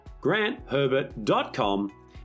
grantherbert.com